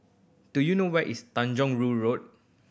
do you know where is Tanjong Rhu Road